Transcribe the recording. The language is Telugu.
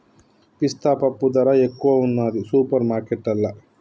పిస్తా పప్పు ధర ఎక్కువున్నది సూపర్ మార్కెట్లల్లా